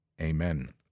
Amen